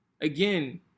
Again